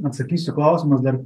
atsakysiu klausimus dar